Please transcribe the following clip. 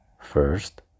First